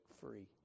free